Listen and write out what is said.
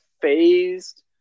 phased